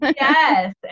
Yes